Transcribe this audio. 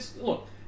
look